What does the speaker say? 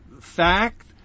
fact